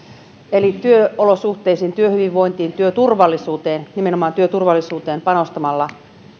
eli työolosuhteisiin työhyvinvointiin työturvallisuuteen nimenoman työturvallisuuteen panostamalla